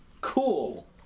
Cool